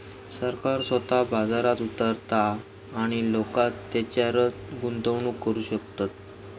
सरकार स्वतः बाजारात उतारता आणि लोका तेच्यारय गुंतवणूक करू शकतत